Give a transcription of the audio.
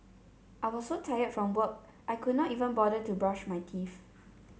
I was so tired from work I could not even bother to brush my teeth